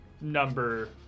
number